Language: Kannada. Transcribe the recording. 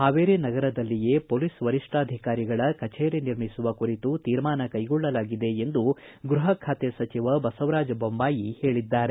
ಹಾವೇರಿ ನಗರದಲ್ಲಿಯೇ ಪೊಲೀಸ್ ವರಿಷ್ಠಾಧಿಕಾರಿಗಳ ಕಚೇರಿ ನಿರ್ಮಿಸುವ ಕುರಿತು ತೀರ್ಮಾನ ಕೈಗೊಳ್ಳಲಾಗಿದೆ ಎಂದು ಗೃಹ ಖಾತೆ ಸಚಿವ ಬಸವರಾಜ ಬೊಮ್ಮಾಯಿ ಹೇಳಿದ್ದಾರೆ